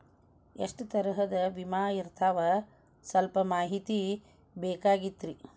ಎಷ್ಟ ತರಹದ ವಿಮಾ ಇರ್ತಾವ ಸಲ್ಪ ಮಾಹಿತಿ ಬೇಕಾಗಿತ್ರಿ